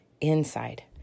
inside